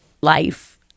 life